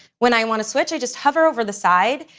when i want to switch, i just hover over the side,